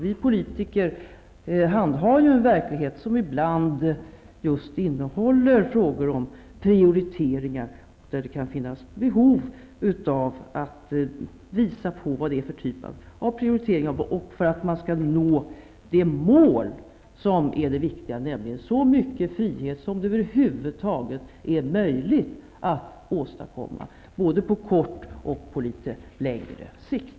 Vi politiker handhar ju en verklighet som ibland just innehåller frågor om prioriteringar, och det kan finnas behov av att visa på vad det är för typ av prioriteringar som gäller för att man skall nå det mål som är det viktiga, nämligen så mycket frihet som det över huvud taget är möjligt att åstadkomma, både på kort och på litet längre sikt.